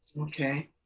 Okay